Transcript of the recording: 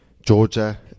Georgia